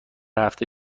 هفته